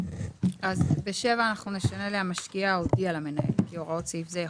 אז ב- (7) אנחנו נשנה ל- המשקיע הודיע למנהל כי הוראות סעיף זה יחולו.